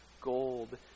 gold